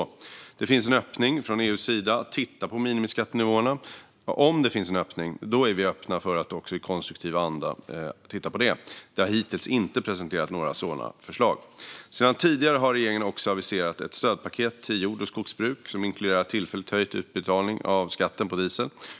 Om det finns en öppning från EU:s sida att titta på minimiskattenivåerna är vi öppna för att i konstruktiv anda titta på det. Det har hittills inte presenterats några sådana förslag. Sedan tidigare har regeringen också aviserat ett stödpaket till jord och skogsbruk som inkluderar tillfälligt höjd återbetalning av skatten på diesel.